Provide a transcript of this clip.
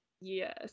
Yes